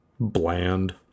bland